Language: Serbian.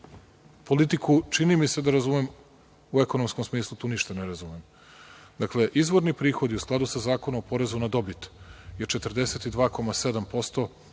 Politiku, čini mi se da, razumem, u ekonomskom smislu tu ništa ne razumem. Dakle, izvorni prihodi u skladu sa Zakonom o porezu na dobit je 42,7%